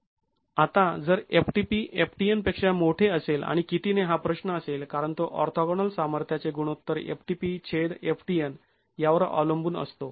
आता जर ftp ftn पेक्षा मोठे असेल आणि कितीने हा प्रश्न असेल कारण तो ऑर्थोगोनल सामर्थ्याचे गुणोत्तर ftp छेद ftn यावर अवलंबून असतो